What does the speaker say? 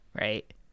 right